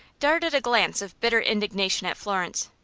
darted a glance of bitter indignation at florence.